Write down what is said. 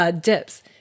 dips